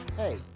hey